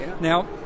Now